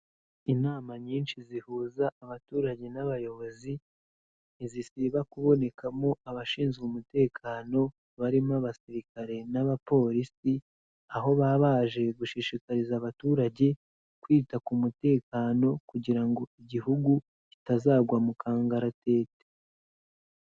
nama nyinshi zihuza abaturage n'abayoboz ntizisiba kubonekamo abashinzwe umutekano, barimo abasirikare n'abapolisi, aho baba baje gushishikariza abaturage, kwita ku mutekano kugira ngo igihugu kitazagwa mu kangaratete.